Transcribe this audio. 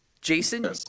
Jason